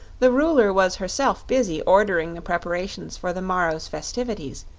the ruler was herself busy ordering the preparations for the morrow's festivities,